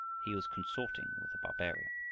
he was consorting with the barbarian!